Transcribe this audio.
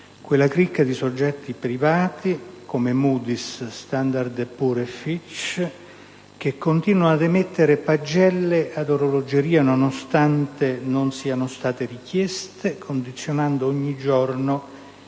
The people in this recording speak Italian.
quella cricca di soggetti privati come Moody's, Standard & Poor's e Fitch che continuano ad emettere pagelle ad orologeria nonostante non siano state richieste, condizionando ogni giorno